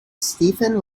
stephen